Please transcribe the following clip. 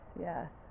yes